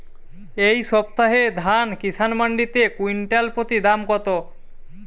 এই সপ্তাহে ধান কিষান মন্ডিতে কুইন্টাল প্রতি দাম কত?